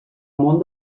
món